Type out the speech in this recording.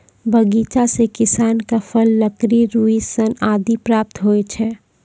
बगीचा सें किसान क फल, लकड़ी, रुई, सन आदि प्राप्त होय छै